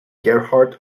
gerhard